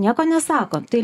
nieko nesako tai